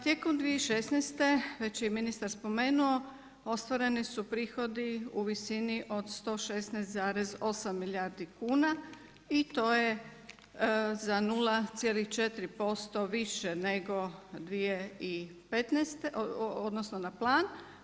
Tijekom 2016. već je i ministar spomenuo ostvareni su prihodi u visini od 116,8 milijardi kuna i to je za 0,4% više nego 2015. odnosno na plan.